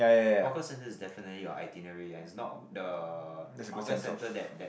hawker centre is definitely your itinerary it's not the hawker centre that that